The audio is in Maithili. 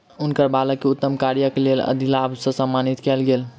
हुनकर बालक के उत्तम कार्यक लेल अधिलाभ से सम्मानित कयल गेल